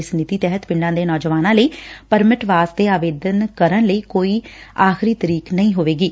ਇਸ ਨੀਤੀ ਤਹਿਤ ਪਿੰਡਾਂ ਦੇ ਨੌਜਵਾਨਾਂ ਲਈ ਪਰਮਿਟ ਵਾਸਤੇ ਆਵੇਦਨ ਕਰਨ ਲਈ ਕੋਈ ਆਖਰੀ ਤਰੀਕ ਨਹੀਂ ਹੋਵੇਗੀ